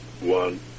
one